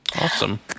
Awesome